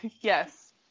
yes